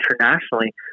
internationally